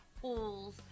pools